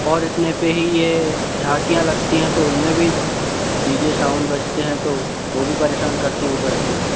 और इतने पे ही ये झांकियां लगती है तो उनमें भी डी जे साउंड बजते हैं तो वो भी परेशान करते हैं ऊपर से